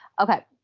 Okay